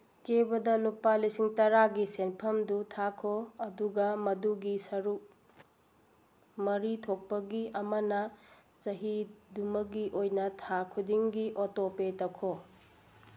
ꯀꯦꯞꯇ ꯂꯨꯄꯥ ꯂꯤꯁꯤꯡ ꯇꯔꯥꯒꯤ ꯁꯦꯟꯐꯝꯗꯨ ꯊꯥꯈꯣ ꯑꯗꯨꯒ ꯃꯗꯨꯒꯤ ꯁꯔꯨꯛ ꯃꯔꯤ ꯊꯣꯛꯄꯒꯤ ꯑꯃꯅ ꯆꯍꯤꯗꯨꯃꯒꯤ ꯑꯣꯏꯅ ꯊꯥ ꯈꯨꯗꯤꯡꯒꯤ ꯑꯣꯇꯣ ꯄꯦ ꯇꯧꯈꯣ